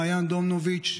מעיין דומנוביץ',